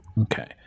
Okay